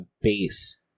base